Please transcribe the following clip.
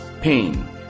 pain